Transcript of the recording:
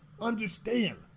Understand